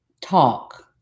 talk